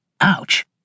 Ouch